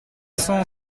cent